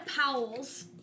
Powell's